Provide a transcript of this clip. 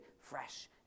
fresh